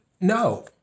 No